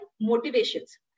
motivations